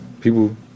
people